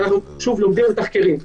ואנחנו לומדים מתחקירים.